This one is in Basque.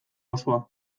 osoa